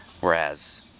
whereas